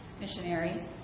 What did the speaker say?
missionary